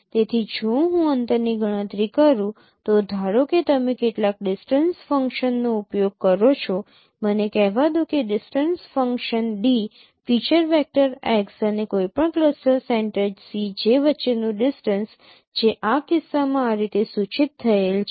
તેથી જો હું અંતરની ગણતરી કરું તો ધારો કે તમે કેટલાક ડિસ્ટન્સ ફંક્શનનો ઉપયોગ કરો છો મને કહેવા દો કે distance function 'd' feature vector x અને કોઈપણ ક્લસ્ટર સેન્ટર Cj વચ્ચેનું ડિસ્ટન્સ જે આ કિસ્સામાં આ રીતે સૂચિત થયેલ છે